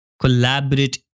collaborate